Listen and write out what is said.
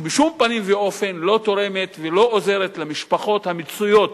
שבשום פנים ואופן לא תורמת ולא עוזרת למשפחות המצויות,